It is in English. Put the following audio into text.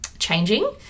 changing